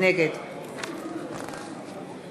נגד